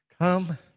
come